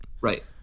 right